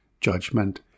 judgment